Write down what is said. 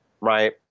right